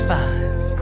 five